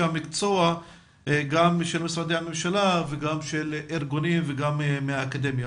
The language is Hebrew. המקצוע גם של משרדי הממשלה וגם של ארגונים ומהאקדמיה.